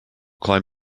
climb